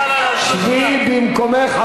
שבי במקומך.